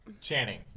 Channing